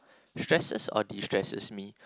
stresses or destresses me